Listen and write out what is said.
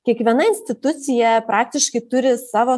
kiekviena institucija praktiškai turi savo